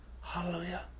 Hallelujah